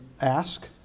ask